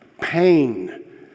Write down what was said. pain